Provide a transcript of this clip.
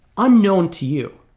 unknown to you